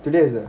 today ah